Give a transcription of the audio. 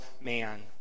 man